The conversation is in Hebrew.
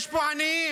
יש פה עניים,